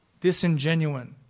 disingenuine